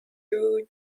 who